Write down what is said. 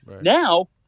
Now